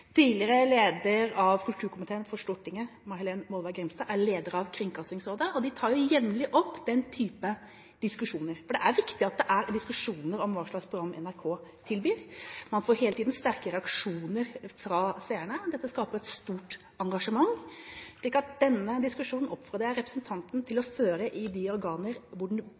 Tidligere leder av kulturkomiteen i Stortinget, May-Helen Molvær Grimstad, er leder av Kringkastingsrådet, og de tar jevnlig opp den type diskusjoner – for det er viktig at det er diskusjoner om hva slags program NRK tilbyr. Man får hele tiden sterke reaksjoner fra seerne. Dette skaper et stort engasjement. Jeg oppfordrer representanten til å føre denne diskusjonen i de organer hvor den bør føres. Det